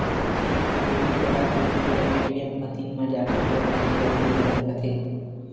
debit card के pin ल ATM machine म जाके जब चाहे बदले जा सकत हे